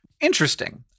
Interesting